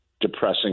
depressing